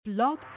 Blog